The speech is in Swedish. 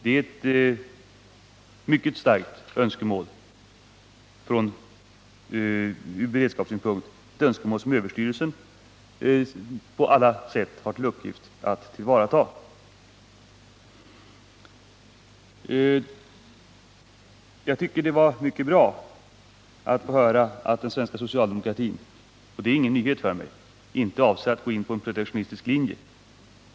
Det är ett mycket starkt önskemål från beredskapssynpunkt, ett önskemål som överstyrelsen för ekonomiskt försvar på alla sätt har till uppgift att tillvarata. Jagtycker, även om det inte var någon nyhet för mig, att det var mycket bra att få höra att den svenska socialdemokratin inte avser att gå in på en protektionistisk linje.